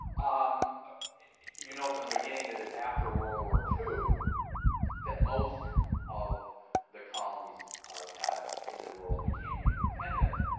um you know from the beginning that it's after world war two that most of the colonies in the world became independent,